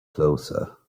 closer